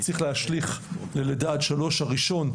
צריך להשליך ללידה עד שלוש הראשון,